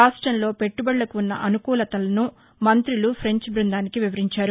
రాష్టంలో పెట్టబడులకు ఉన్న అనుకూలతను మంతులు ్రెంచ్ బృందానికి వివరించారు